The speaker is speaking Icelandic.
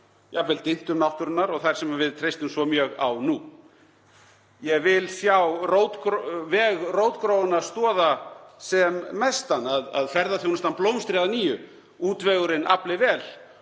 jafnvel dyntum náttúrunnar — og þær sem við treystum svo mjög á nú. Ég vil sjá veg rótgróinna stoða sem mestan, að ferðaþjónusta blómstri, útvegurinn afli vel